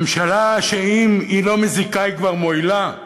ממשלה שאם היא לא מזיקה היא כבר מועילה,